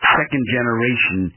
second-generation